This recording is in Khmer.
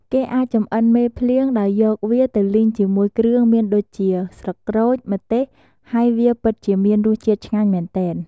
គេអាចចម្អិនមេភ្លៀងដោយយកវាទៅលីងជាមួយគ្រឿងមានដូចជា ស្លឹកក្រូច ម្ទេស ហើយវាពិតជាមានរសជាតិឆ្ងាញ់មែនទែន។